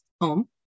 home